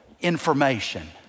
information